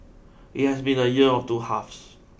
it has been a year of two halves